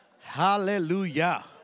Hallelujah